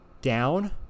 down